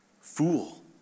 Fool